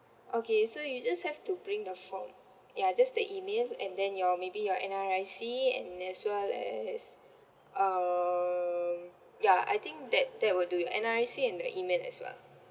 okay so you just have to bring the form ya just the email and then your maybe your N_R_I_C and as well as um ya I think that that will do your N_R_I_C and the email as well